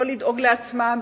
לא לדאוג לעצמם,